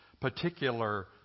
particular